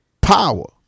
Power